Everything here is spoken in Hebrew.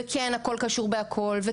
וכן הכול קשור בהכול.